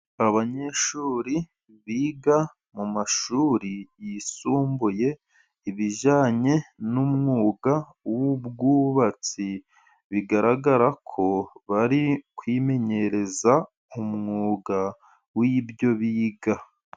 Abanyeshuri biga mu mashuri yisumbuye ibijyanye n'umwuga w'ubwubatsi. Bigaragara ko bari kwimenyereza umwuga w'ibyo biga.